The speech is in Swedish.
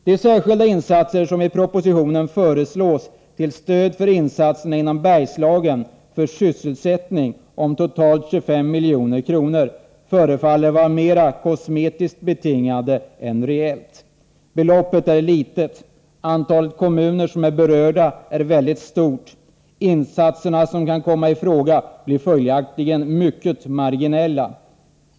De särskilda insatser som föreslås i propositionen till stöd för insatser inom Bergslagen för sysselsättning om totalt 25 milj.kr. förefaller vara mer kosmetiskt betingade än reella. Beloppet är litet, och antalet berörda kommuner är väldigt stort. Insatser som kan komma i fråga blir följaktligen mycket marginella.